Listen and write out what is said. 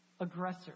aggressor